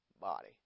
body